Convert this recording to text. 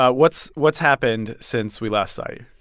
ah what's what's happened since we last saw you?